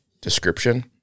description